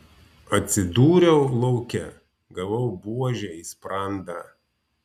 atsidūriau lauke gavau buože į sprandą